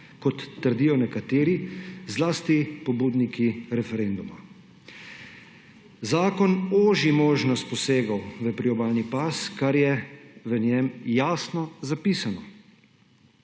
kot trdijo nekateri, zlasti pobudniki referenduma. Zakon oži možnost posegov v priobalni pas, kar je v njem zapisano.